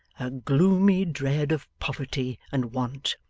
a gloomy dread of poverty and want.